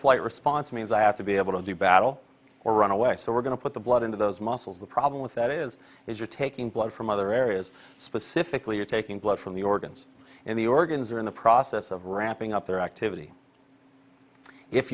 flight response means i have to be able to do battle or run away so we're going to put the blood into those muscles the problem with that is if you're taking blood from other areas specifically you're taking blood from the organs in the organs or in the process of wrapping up their activity if